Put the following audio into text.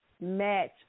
match